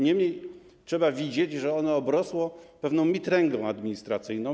Niemniej trzeba widzieć, że one obrosło pewną mitręgą administracyjną.